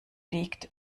liegt